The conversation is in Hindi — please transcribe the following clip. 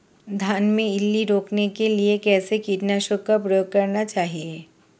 धान में इल्ली रोकने के लिए कौनसे कीटनाशक का प्रयोग करना चाहिए?